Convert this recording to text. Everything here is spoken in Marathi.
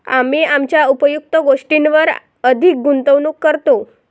आम्ही आमच्या उपयुक्त गोष्टींवर अधिक गुंतवणूक करतो